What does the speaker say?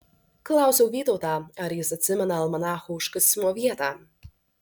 klausiau vytautą ar jis atsimena almanacho užkasimo vietą